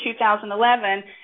2011